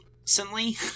recently